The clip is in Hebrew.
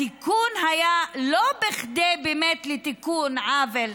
התיקון היה לא כדי באמת לתקן עוול,